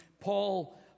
Paul